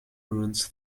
ruins